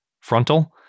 frontal